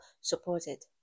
supported